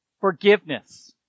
forgiveness